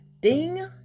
ding